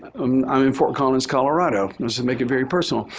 um i'm in fort collins, colorado. let's just make it very personal.